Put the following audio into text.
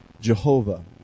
Jehovah